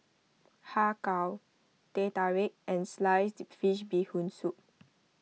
Har Kow Teh Tarik and Sliced Fish Bee Hoon Soup